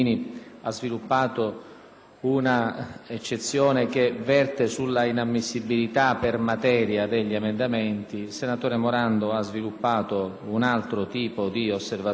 un'eccezione che verte sulla inammissibilità per materia degli emendamenti; il senatore Morando ha sviluppato un altro tipo di osservazione acuta sulla